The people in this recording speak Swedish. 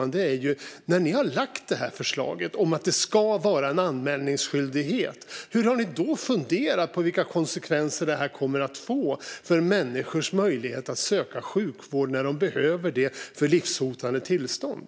När ni har lagt fram förslaget om att det ska vara en anmälningsskyldighet, hur har ni då funderat på vilka konsekvenser det kommer att få för människors möjlighet att söka sjukvård när de behöver det för livshotande tillstånd?